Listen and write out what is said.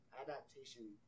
adaptation